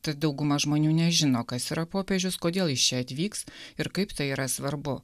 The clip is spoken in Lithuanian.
tad dauguma žmonių nežino kas yra popiežius kodėl jis čia atvyks ir kaip tai yra svarbu